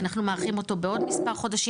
אנחנו מאריכים אותו בעוד מספר חודשים.